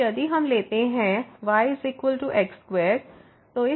अब यदि हम लेते हैं y x2